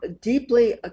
deeply